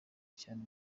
cyane